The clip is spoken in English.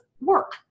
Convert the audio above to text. work